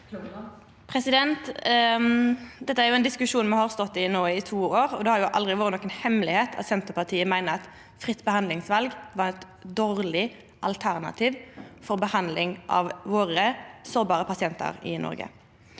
Dette er ein diskusjon me har stått i no i to år, og det har aldri vore noka hemmelegheit at Senterpartiet meiner at fritt behandlingsval var eit dårleg alternativ for behandling av våre sårbare pasientar i Noreg.